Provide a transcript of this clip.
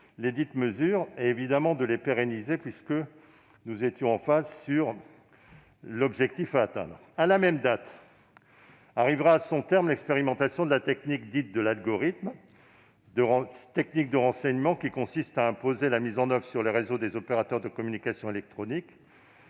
lesdites mesures, puisque nous étions d'accord sur l'objectif à atteindre. À la même date arrivera à son terme l'expérimentation de la technique dite « de l'algorithme », technique de renseignement qui consiste à imposer la mise en oeuvre sur les réseaux des opérateurs de communications électroniques